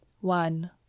one